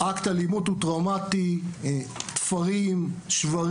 אקט אלימות הוא טראומטי תפרים, שברים